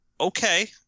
Okay